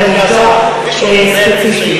ואני אבדוק ספציפית.